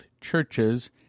churches